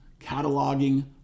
cataloging